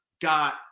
got